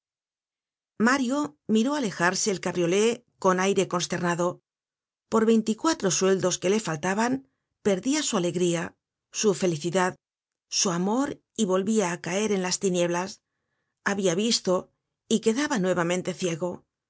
mario miró alejarse el cabriolé con aire consternado por veinticuatro sueldos que le faltaban perdia su alegría su felicidad su amor y volvia á caer en las tinieblas habia visto y quedaba nuevamente ciego